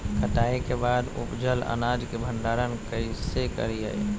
कटाई के बाद उपजल अनाज के भंडारण कइसे करियई?